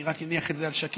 אני רק אניח את זה על שקט,